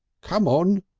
come on!